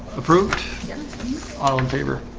approved yeah on favor